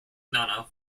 nana